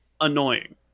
annoying